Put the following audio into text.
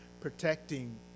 protecting